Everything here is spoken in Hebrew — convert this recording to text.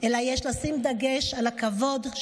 אלא יש לשים דגש על כבוד,